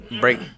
break